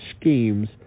schemes